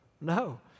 no